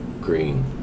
green